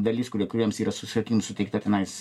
dalis kurie kuriems yra su sakykim suteikta tenais